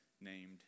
named